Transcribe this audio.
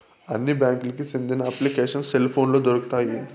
అన్ని బ్యాంకులకి సెందిన అప్లికేషన్లు సెల్ పోనులో దొరుకుతాయి